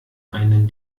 einen